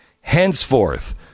Henceforth